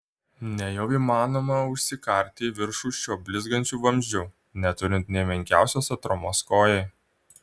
nejau įmanoma užsikarti į viršų šiuo blizgančiu vamzdžiu neturint nė menkiausios atramos kojai